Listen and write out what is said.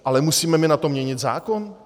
Ale musíme na to měnit zákon?